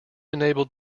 enabled